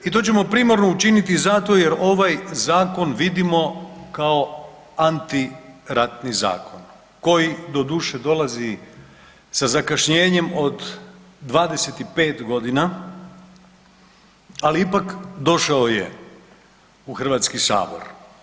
I to ćemo primarno učiniti zato jer ovaj zakon vidimo kao antiratni zakon koji doduše dolazi sa zakašnjenjem od 25 g. ali ipak došao je u Hrvatski sabor.